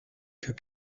que